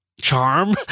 charm